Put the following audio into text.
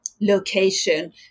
location